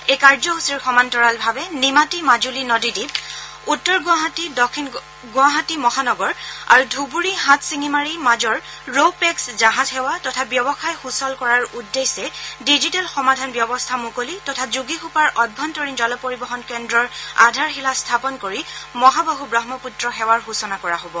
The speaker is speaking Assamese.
এই কাৰ্যসূচীৰ সমান্তৰালভাৱে নিমাতী মাজুলী নদীঘীপ উত্তৰ গুৱাহাটী দক্ষিণ গুৱাহাটী আৰু ধুবুৰী হাটশিঙিমাৰীৰ মাজৰ ৰো পেক্স জাহাজ সেৱা তথা ব্যৱসায় সূচল কৰাৰ উদ্দেশ্যে ডিজিটেল সমাধান ব্যৱস্থা মুকলি তথা যোগীঘোপাৰ অভ্যন্তৰীণ জলপৰিবহন কেদ্ৰৰ আধাৰশিলা স্থাপন কৰি মহাবাহু ব্ৰহ্মপুত্ৰ সেৱাৰ সূচনা কৰা হব